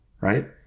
right